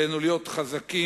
עלינו להיות חזקים,